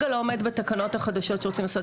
כרגע הוא לא עומד בתקנות החדשות שרוצים לעשות.